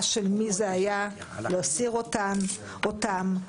מי הורה להסיר אותם?